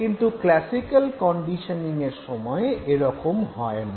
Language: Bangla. কিন্তু ক্লাসিক্যাল কন্ডিশনিঙের সময়ে এরকম হয় না